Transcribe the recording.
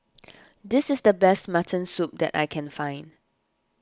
this is the best Mutton Soup that I can find